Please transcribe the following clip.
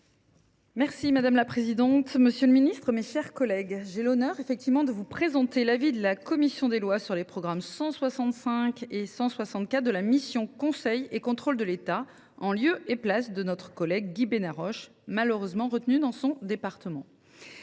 avis. Madame la présidente, monsieur le ministre, mes chers collègues, j’ai l’honneur de vous présenter l’avis de la commission des lois sur les programmes 165 et 164 de la mission « Conseil et contrôle de l’État », en lieu et place de notre collègue Guy Benarroche, qui a malheureusement été retenu dans son département.